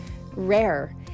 rare